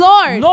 Lord